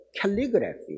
calligraphy